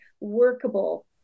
workable